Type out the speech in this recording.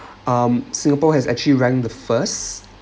um singapore has actually ran the first